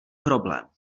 problém